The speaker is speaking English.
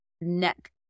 neck